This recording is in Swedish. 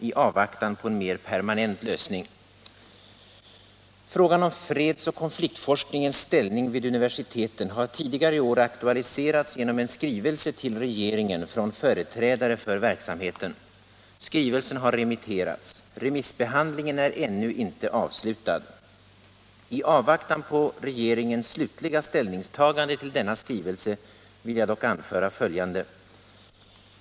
Dessa tjänster utlöper emellertid vid årsskiftet 1977-1978. Fredsforskningen är en tvärvetenskap med ett mycket väsentligt forskningsområde. Den har i Sverige betydligt svagare stöd än i t.ex. Norge och Finland.